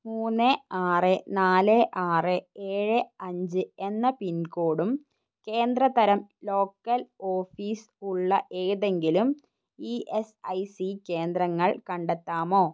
മൂന്ന് ആറ് നാല് ആറ് ഏഴ് അഞ്ച് എന്ന പിൻകോഡും കേന്ദ്ര തരം ലോക്കൽ ഓഫീസ് ഉള്ള ഏതെങ്കിലും ഇ എസ് ഐ സി കേന്ദ്രങ്ങൾ കണ്ടെത്താമോ